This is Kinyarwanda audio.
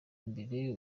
imbere